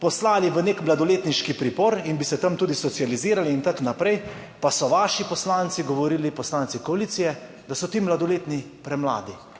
poslali v neki mladoletniški pripor in bi se tam tudi socializirali in tako naprej, pa so vaši poslanci govorili, poslanci koalicije, da so ti mladoletni premladi.